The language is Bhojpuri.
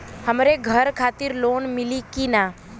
हमरे घर खातिर लोन मिली की ना?